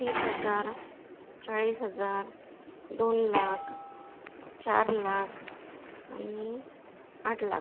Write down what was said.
तीस हजार चाळीस हजार दोन लाख चार लाख आणि आठ लाख